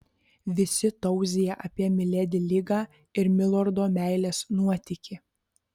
visi tauzija apie miledi ligą ir milordo meilės nuotykį